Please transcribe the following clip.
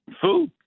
food